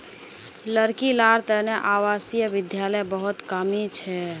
लड़की लार तने आवासीय विद्यालयर बहुत कमी छ